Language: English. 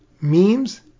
memes